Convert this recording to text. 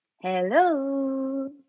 hello